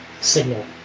signal